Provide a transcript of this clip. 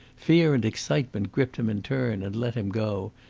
fear and excitement gripped him in turn and let him go,